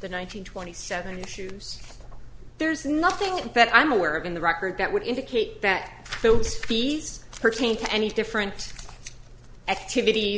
the nine hundred twenty seven shoes there's nothing to bet i'm aware of in the record that would indicate that those fees pertain to any different activities